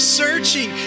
searching